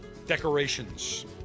Decorations